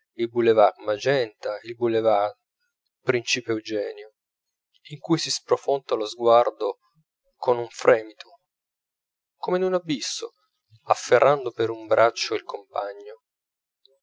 il boulevard magenta il boulevard principe eugenio in cui si sprofonda lo sguardo con un fremito come in un abisso afferrando per un braccio il compagno